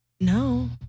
No